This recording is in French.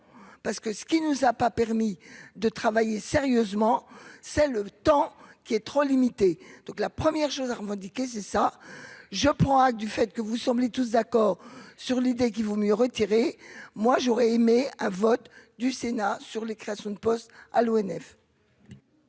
parce que ce qui nous a pas permis de travailler sérieusement, c'est le temps qui est trop limité, donc la première chose à revendiquer, c'est ça : je prends acte du fait que vous semblez tous d'accord sur l'idée qu'il vaut mieux retirer moi j'aurais aimé un vote du Sénat sur les créations de poste à l'ONF.